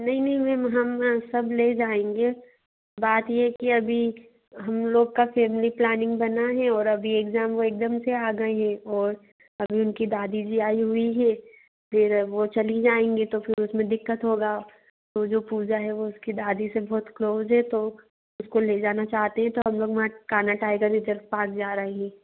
नहीं नहीं मेम हम वहाँ सब ले जाएंगे बात ये है की अभी हम लोग की फेमिली प्लानिंग बना है और अभी एग्जाम वो एक दम से आ गए हैं और अभी उनकी दादी जी आई हुई है फिर वो चली जाएंगी तो फिर उसमें दिक्कत होगी वो जो पूजा है वो उसकी दादी से बहुत क्लोज़ है तो उसको ले जाना चाहती है तो हम लोग मत जा रही है